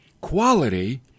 Quality